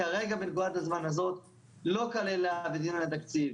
כרגע בנקודת הזמן הזאת לא כללה בדיון על התקציב